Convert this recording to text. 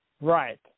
Right